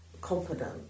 confident